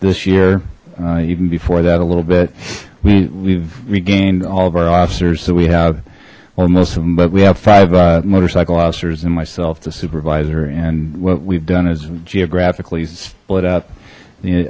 this year even before that a little bit we've regained all of our officers so we have or most of them but we have five motorcycle officers and myself supervisor and what we've done is geographically split up the